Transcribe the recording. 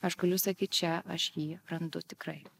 aš galiu sakyt čia aš jį randu tikrai